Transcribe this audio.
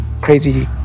crazy